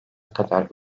kadar